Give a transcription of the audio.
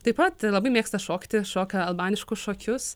taip pat labai mėgsta šokti šoka albaniškus šokius